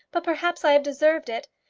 but perhaps i have deserved it.